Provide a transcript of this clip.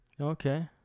okay